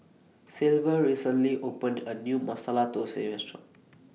Silver recently opened A New Masala Thosai Restaurant